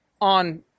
on